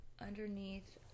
underneath